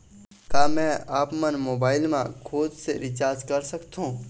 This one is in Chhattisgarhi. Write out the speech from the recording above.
का मैं आपमन मोबाइल मा खुद से रिचार्ज कर सकथों?